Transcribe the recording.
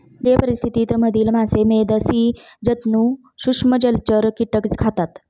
जलीय परिस्थिति मधील मासे, मेध, स्सि जन्तु, सूक्ष्म जलचर, कीटक खातात